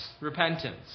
repentance